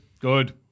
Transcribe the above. good